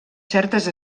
certes